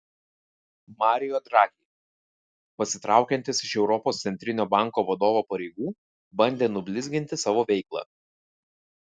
mario draghi pasitraukiantis iš europos centrinio banko vadovo pareigų bandė nublizginti savo veiklą